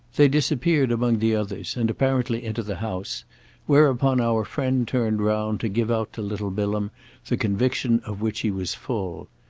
they disappeared among the others and apparently into the house whereupon our friend turned round to give out to little bilham the conviction of which he was full.